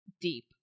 deep